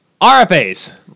RFAs